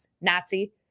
nazi